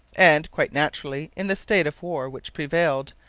and, quite naturally in the state of war which prevailed,